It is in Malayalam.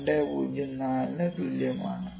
204 ന് തുല്യമാണ്